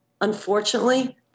unfortunately